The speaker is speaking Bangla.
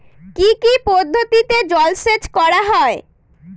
কি কি পদ্ধতিতে জলসেচ করা হয়?